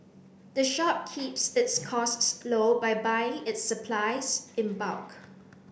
the shop keeps its costs low by buying its supplies in bulk